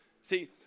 See